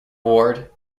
ward